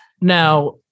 Now